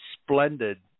splendid